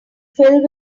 filled